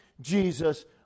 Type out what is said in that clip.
Jesus